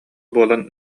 буолан